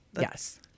yes